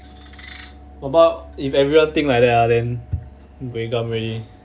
!wah! but if everyone think like that ah then buay gan already